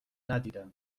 ندیدم